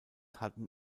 hatten